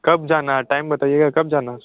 कब जाना है टाइम बताइएगा कब जाना है